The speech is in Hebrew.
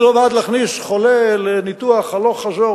אני לא בעד להכניס חולה לניתוח הלוך-חזור,